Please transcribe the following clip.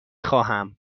خواهم